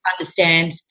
understand